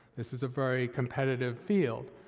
this is a very competitive field.